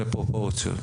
לפרופורציות.